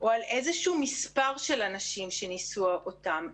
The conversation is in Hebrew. או על איזשהו מספר של אנשים שניסו אותם,